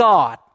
God